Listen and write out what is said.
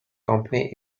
company